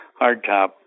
hardtop